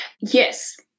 yes